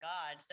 God